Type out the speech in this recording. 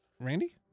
Randy